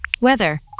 weather